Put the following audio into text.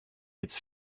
its